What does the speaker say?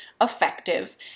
effective